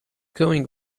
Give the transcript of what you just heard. going